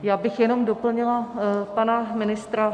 Já bych jenom doplnila pana ministra.